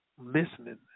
listening